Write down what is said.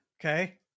Okay